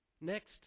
Next